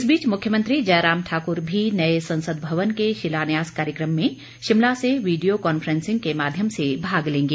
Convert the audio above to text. इस बीच मुख्यमंत्री जयराम ठाकुर भी नए संसद भवन के शिलान्यास कार्यक्रम में शिमला से वीडियो कान्फ्रेंसिग के माध्यम से भाग लेंगे